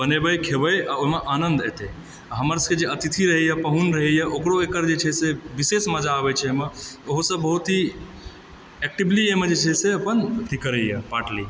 बनेबै खेबै आ ओहिमे आनन्द एतै आ हमर सबके जे अतिथि रहैए पाहून रहैए ओकरो एकर जे छै से विशेष मजा आबै छै एहिमे ओहोसब बहुत ही एक्टिवली एहिमे जे छै से अपन अथी करैए पाट लए यऽ